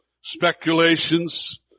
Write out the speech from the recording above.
speculations